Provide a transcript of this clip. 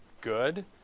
good